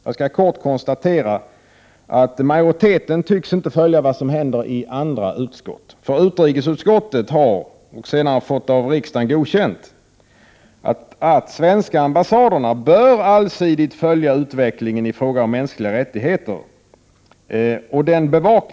Jag skall kort konstatera att majoriteten inte tycks följa vad som händer i alla utskott, för utrikesutskottet har föreslagit — och senare fått det godkänt av riksdagen — att de svenska ambassaderna bör allsidigt följa utvecklingen i fråga om mänskliga rättigheter.